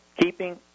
keeping